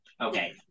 Okay